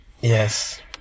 Yes